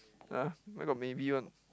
!huh! where got maybe one